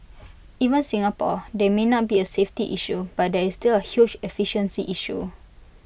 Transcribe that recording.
even Singapore they may not be A safety issue but there is still A huge efficiency issue